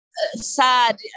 sad